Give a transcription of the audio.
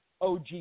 OG